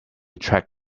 track